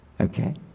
Okay